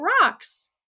rocks